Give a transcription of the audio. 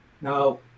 Now